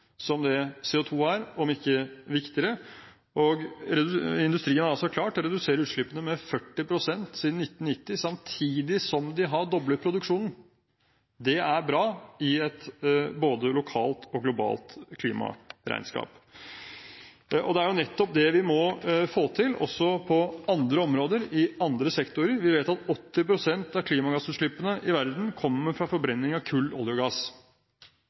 som det CO2 er, om ikke viktigere. Industrien har klart å redusere utslippene med 40 pst. siden 1990, samtidig som den har doblet produksjonen. Det er bra i både et lokalt og et globalt klimaregnskap, og det er nettopp det vi må få til også på andre områder, i andre sektorer. Vi vet at 80 pst. av klimagassutslippene i verden kommer fra forbrenning av kull, olje og gass.